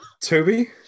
Toby